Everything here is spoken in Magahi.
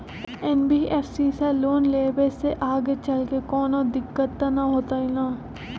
एन.बी.एफ.सी से लोन लेबे से आगेचलके कौनो दिक्कत त न होतई न?